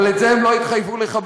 אבל את זה הם לא התחייבו לכבד.